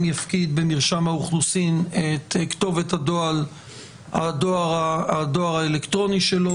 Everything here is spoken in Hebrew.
יפקיד במרשם האוכלוסין את כתובת הדואר האלקטרוני שלו,